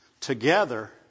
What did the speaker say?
together